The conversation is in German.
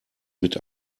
mit